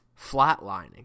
flatlining